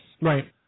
Right